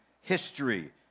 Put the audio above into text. history